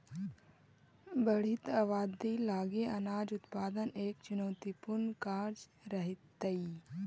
बढ़ित आबादी लगी अनाज उत्पादन एक चुनौतीपूर्ण कार्य रहेतइ